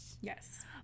Yes